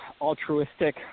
altruistic